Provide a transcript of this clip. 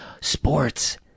Sports